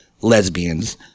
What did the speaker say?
Lesbians